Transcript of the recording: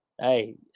Hey